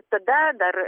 tada dar